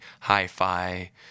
hi-fi